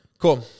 Cool